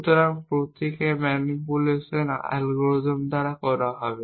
সুতরাং প্রতীক এর ম্যানিপুলেশন অ্যালগরিদম দ্বারা করা হবে